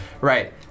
Right